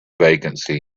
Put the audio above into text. vacancy